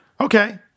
Okay